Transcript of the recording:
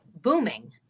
booming